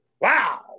Wow